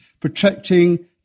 protecting